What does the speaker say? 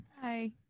Hi